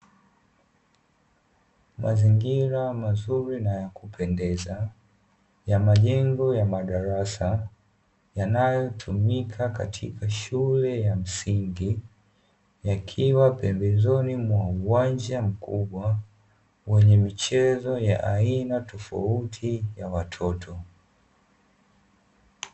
Mazingira mazuri na ya kupendeza ya majengo ya madarasa, yanayotumika katika shule ya msingi, yakiwa pembezoni mwa uwanja mkubwa, wenye michezo ya aina tofauti ya watoto.